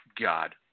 God